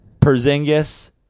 Perzingis